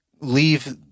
leave